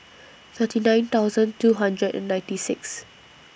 thirty nine thousand two hundred and ninety six